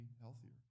healthier